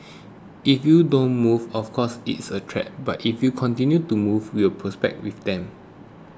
if you don't move of course it's a threat but if you continue to move we will prosper with them